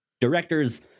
directors